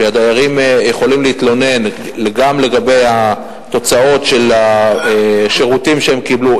והדיירים יכולים להתלונן גם לגבי התוצאות של השירותים שהם קיבלו,